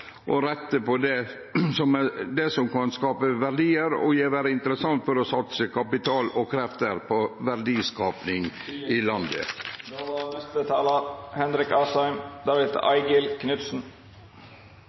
å rette på det som kan skape verdiar og vere interessant å satse kapital og krefter på – for verdiskaping i landet.